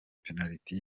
penaliti